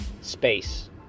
space